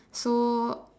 so